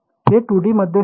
हे 2D मध्ये होते